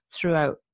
throughout